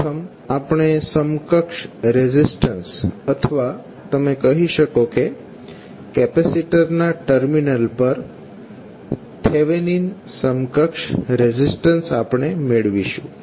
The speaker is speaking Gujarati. પ્રથમ આપણે સમકક્ષ રેઝિસ્ટન્સ અથવા તમે કહી શકો કે કેપેસીટરના ટર્મિનલ પર થેવેનીન સમકક્ષ રેઝિસ્ટન્સ મેળવીશું